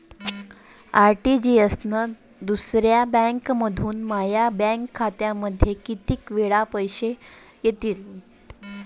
RTGS न दुसऱ्या बँकेमंधून माया बँक खात्यामंधी कितीक वेळातं पैसे येतीनं?